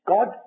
God